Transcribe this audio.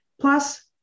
Plus